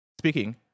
Speaking